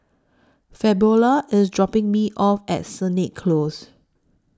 Fabiola IS dropping Me off At Sennett Close